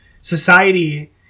society